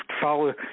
follow